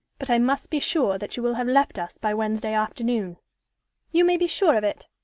but i must be sure that you will have left us by wednesday afternoon you may be sure of it.